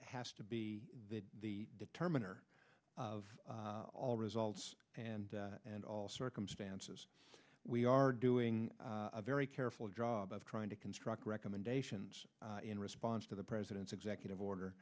has to be the determiner of all results and and all circumstances we are doing a very careful job of trying to construct recommendations in response to the president's executive order